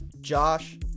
Josh